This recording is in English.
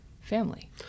family